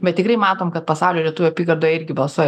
bet tikrai matom kad pasaulio lietuvių apygardoje irgi balsuoja